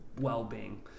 well-being